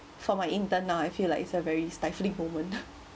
for my intern now I feel like it's a very stifling moment